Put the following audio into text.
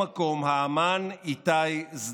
זלאיט.